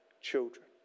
children